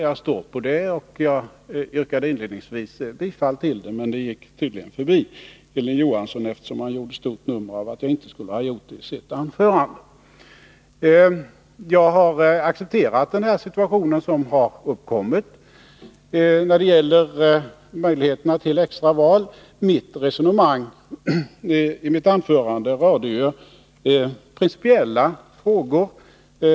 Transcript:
Jag står för det, och jag yrkade inledningsvis bifall till det. Men det gick tydligen förbi Hilding Johansson, eftersom han gjorde stort nummer av detta. Jag har accepterat den situation som har uppkommit när det gäller möjligheterna till extra val. Mitt resonemang i anförandet rörde principiella frågor.